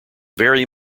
very